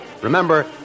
Remember